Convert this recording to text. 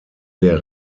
der